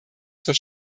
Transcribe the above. zur